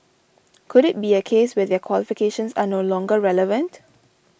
could it be a case where their qualifications are no longer relevant